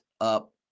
up